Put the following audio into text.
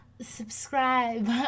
subscribe